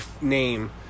name